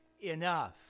enough